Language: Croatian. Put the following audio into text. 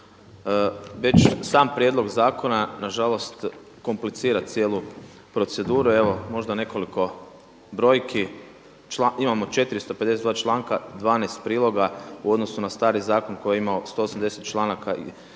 već sam prijedlog zakona nažalost komplicira cijelu proceduru. Evo možda nekoliko brojki, imamo 452. članka, 12 priloga u odnosu na stari zakon koji je imao 180 članak,